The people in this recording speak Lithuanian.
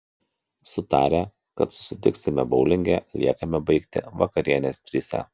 sutarę kad susitiksime boulinge liekame baigti vakarienės trise